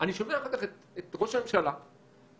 אני שומע אחר כך את ראש הממשלה בקולו,